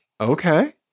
okay